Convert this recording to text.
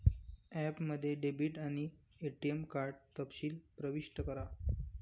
ॲपमध्ये डेबिट आणि ATM card तपशील प्रविष्ट करा